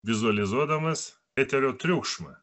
vizualizuodamas eterio triukšmą